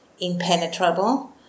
impenetrable